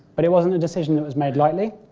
but it wasn't a decision that was made lightly.